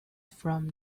from